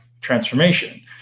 transformation